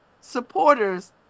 supporters